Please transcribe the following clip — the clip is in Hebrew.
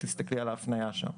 תסתכלי על ההפניה שם.